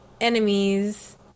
enemies